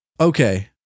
Okay